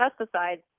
pesticides